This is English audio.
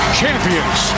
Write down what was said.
champions